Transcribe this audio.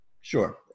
Sure